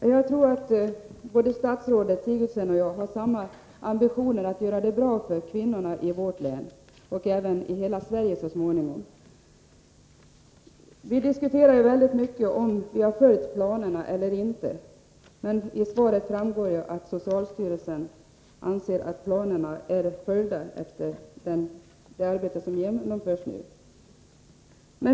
Herr talman! Jag tror att statsrådet Sigurdsen och jag har samma ambitioner att göra det bra för kvinnorna i vårt län och så småningom i hela Sverige. Vi diskuterar mycket om planerna har följts eller inte. Av svaret framgår att socialstyrelsen anser att planerna har följts efter det arbete som nu genomförs.